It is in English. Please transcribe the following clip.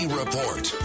report